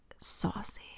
saucy